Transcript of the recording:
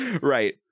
right